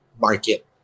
market